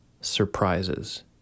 surprises